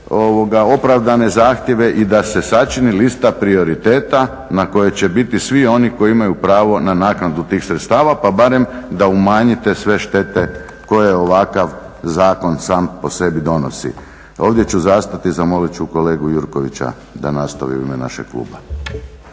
opravdane zahtjeve i da se sačini lista prioriteta na kojoj će biti svi oni koji imaju pravo na naknadu tih sredstava pa barem da umanjite sve štete koje ovakav zakon sam po sebi donosi. Ovdje ću zastati i zamolit ću kolegu Jurkovića da nastavi u ime našeg kluba.